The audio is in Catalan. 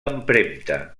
empremta